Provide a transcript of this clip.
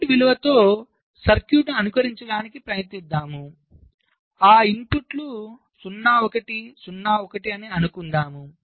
input విలువతో సర్క్యూట్ను అనుకరించటానికి ప్రయత్నిద్దాంఆ ఇన్పుట్లు 0 1 0 1 అని అనుకుందాం